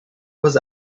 was